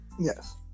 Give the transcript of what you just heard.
Yes